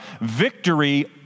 victory